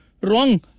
Wrong